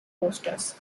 posters